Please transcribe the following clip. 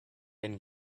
been